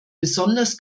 besonders